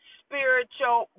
spiritual